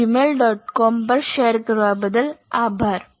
com પર share કરવા બદલ આભાર